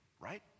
right